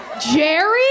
Jerry